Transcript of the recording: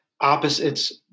opposites